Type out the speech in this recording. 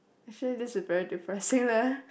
actually this is very depressing leh